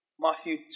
Matthew